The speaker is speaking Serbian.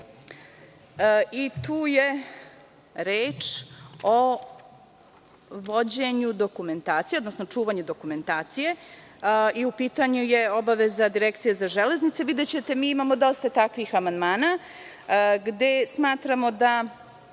Tu je reč o vođenju dokumentacije, odnosno čuvanju dokumentacije i u pitanju je obaveza Direkcije za železnice. Videćete, imamo dosta takvih amandmana, gde smatramo da